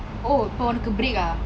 oh இப்போ உனக்கு:ippo unakku break ah